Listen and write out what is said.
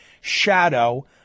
Shadow